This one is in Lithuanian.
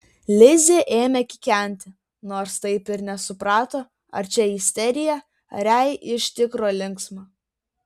lizė ėmė kikenti nors taip ir nesuprato ar čia isterija ar jai iš tikro linksma